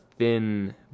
thin